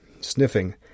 Sniffing